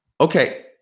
Okay